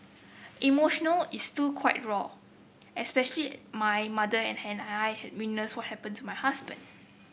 emotional it's still quite raw especially my mother and I had witnessed what happened to my husband